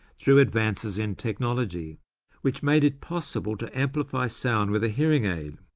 through advances in technology which made it possible to amplify sound with a hearing aid.